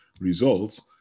results